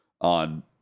on